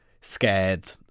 scared